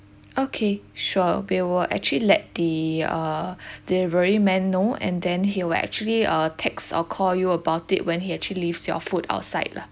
okay sure we will actually let the err delivery man know and then he will actually uh text or call you about it when he actually leaves your food outside lah